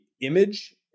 image